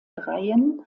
dreien